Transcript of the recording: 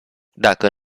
dacă